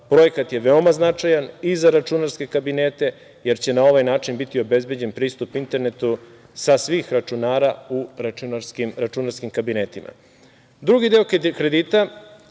Projekat je veoma značajan i za računarske kabinete, jer će na ovaj način biti obezbeđen pristup internetu sa svih računara u računarskim kabinetima. Drugi deo kredita